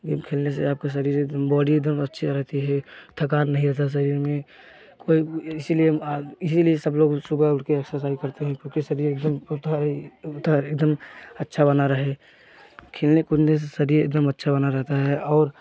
game खेलने से आपका शरीर एक दम बॉडी एक दम अच्छी रहती है थकान नहीं रहता शरीर में कोई भी इसीलिए इसीलिए सब लोग सुबह उठके एक्सरसाइज करते हैं क्योंकि सभी एक दम तकाई उधर एक दम अच्छा बना रहे खेलने कूदने से शरीर एक दम अच्छा बना रहता है और